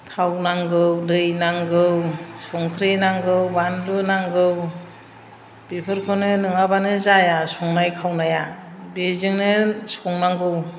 थाव नांगौ दै नांगौ संख्रि नांगौ बानलु नांगौ बेफोरखौनो नङाबानो जाया संनाय खावनाया बेजोंनो संनांगौ